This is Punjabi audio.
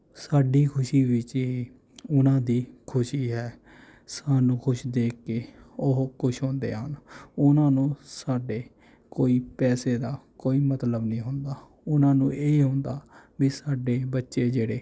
ਸਾਡੀ ਖੁਸ਼ੀ ਵਿੱਚ ਹੀ ਉਨ੍ਹਾਂ ਦੀ ਖੁਸ਼ੀ ਹੈ ਸਾਨੂੰ ਖੁਸ਼ ਦੇਖ ਕੇ ਉਹ ਖੁਸ਼ ਹੁੰਦੇ ਹਨ ਉਨ੍ਹਾਂ ਨੂੰ ਸਾਡੇ ਕੋਈ ਪੈਸੇ ਦਾ ਕੋਈ ਮਤਲਬ ਨਹੀਂ ਹੁੰਦਾ ਉਨ੍ਹਾਂ ਨੂੰ ਇਹੀ ਹੁੰਦਾ ਵੀ ਸਾਡੇ ਬੱਚੇ ਜਿਹੜੇ